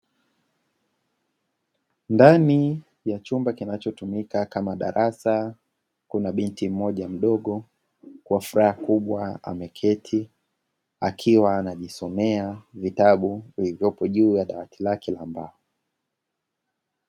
Ndani ya chumba kinachotumika kama darasa, kuna binti mmoja mdogo kwa furaha kubwa, ameketi akiwa anajisomea vitabu vilivyopo juu ya dawati lake la mbao.